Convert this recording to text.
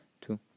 two